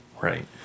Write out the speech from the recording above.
Right